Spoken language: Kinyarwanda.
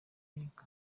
imihigo